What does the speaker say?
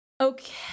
okay